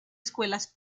escuelas